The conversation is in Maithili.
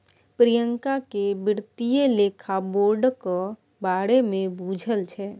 प्रियंका केँ बित्तीय लेखा बोर्डक बारे मे बुझल छै